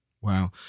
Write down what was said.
Wow